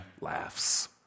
laughs